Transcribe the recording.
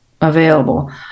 available